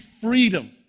freedom